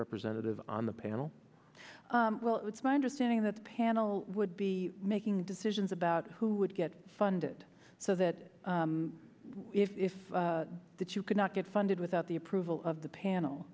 representative on the panel well it's my understanding that the panel would be making decisions about who would get funded so that if that you could not get funded without the approval of the panel